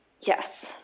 Yes